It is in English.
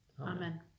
Amen